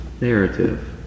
narrative